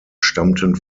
stammten